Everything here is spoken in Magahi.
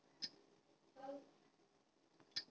बैंकवा मे जा के कहलिऐ कि हम के.वाई.सी करईवो?